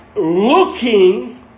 looking